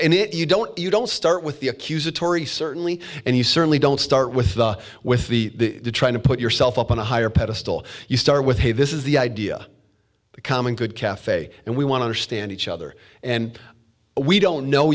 it you don't you don't start with the accusatory certainly and you certainly don't start with the with the trying to put yourself up on a higher pedestal you start with hey this is the idea of a common good caf and we want to understand each other and we don't know